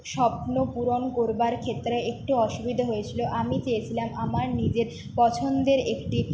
স্বপ্নপূরণ করবার ক্ষেত্রে একটু অসুবিধা হয়েছিলো আমি চেয়েছিলাম আমার নিজের পছন্দের একটি